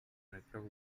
nuclear